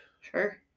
Sure